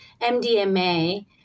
MDMA